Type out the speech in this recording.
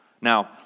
Now